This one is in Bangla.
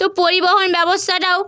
তো পরিবহন ব্যবস্থাটাও